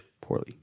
Poorly